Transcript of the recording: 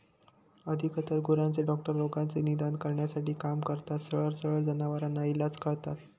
अधिकतर गुरांचे डॉक्टर रोगाचे निदान करण्यासाठी काम करतात, सरळ सरळ जनावरांवर इलाज करता